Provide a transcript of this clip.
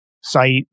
site